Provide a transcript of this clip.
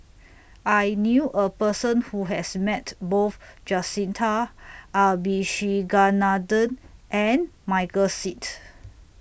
I knew A Person Who has Met Both Jacintha Abisheganaden and Michael Seet